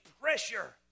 pressure